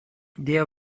their